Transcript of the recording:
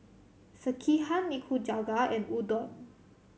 Sekihan Nikujaga and Udon